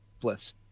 Bliss